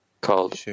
called